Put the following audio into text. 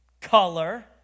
color